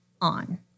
on